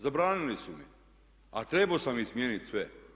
Zabranili su mi, a trebao sam ih smijeniti sve.